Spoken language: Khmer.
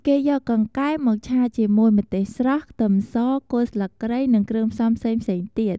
គេយកកង្កែបមកឆាជាមួយ ម្ទេសស្រស់ ខ្ទឹមស គល់ស្លឹកគ្រៃ និងគ្រឿងផ្សំផ្សេងៗទៀត។